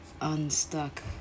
unstuck